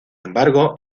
embargo